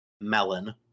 Melon